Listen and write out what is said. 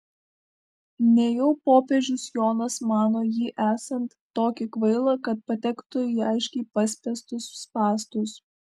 nejau popiežius jonas mano jį esant tokį kvailą kad patektų į aiškiai paspęstus spąstus